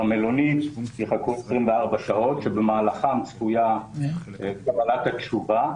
במלונית יחכו 24 שעות, שבמהלכן צפויה קבלת התשובה.